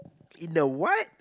in a what